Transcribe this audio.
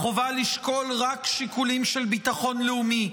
החובה לשקול רק שיקולים של ביטחון לאומי,